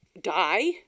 die